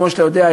כמו שאתה יודע,